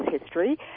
history